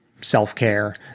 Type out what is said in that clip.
self-care